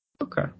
Okay